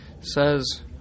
says